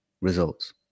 results